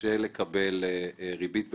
קשה לקבל ריבית בפיקדונות.